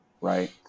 Right